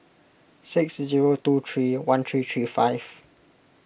six zero two three one three three five